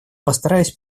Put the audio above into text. постараюсь